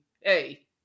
hey